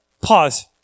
pause